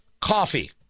Coffee